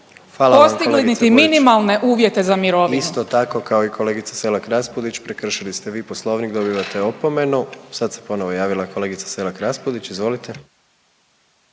postigli niti minimalne uvjete za mirovinu. **Jandroković, Gordan (HDZ)** Isto tako kao i kolegici Selak Raspudić. Prekršili ste vi Poslovnik, dobivate opomenu. Sad se ponovno javila kolegica Selak Raspudić. Izvolite.